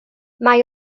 mae